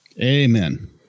Amen